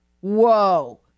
whoa